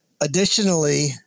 Additionally